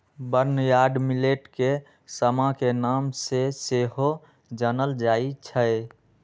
barnyard millet के समा के नाम से सेहो जानल जाइ छै